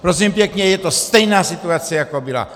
Prosím pěkně, je to stejná situace, jako byla.